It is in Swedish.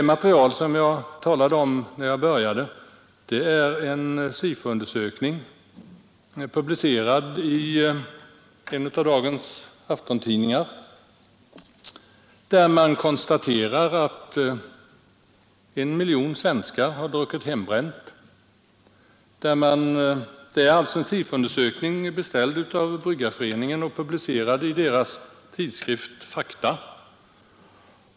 Det material som jag talade om i inledningen av mitt anförande är en SIFO-undersökning, publicerad i en av dagens aftontidningar. I tidningen konstateras att 1 miljon svenskar har druckit hembränt, och den SIFO-undersökning som refereras är beställd av Bryggarföreningen och publicerad i dess tidning Fakta.